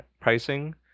pricing